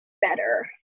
better